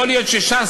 יכול להיות שש"ס,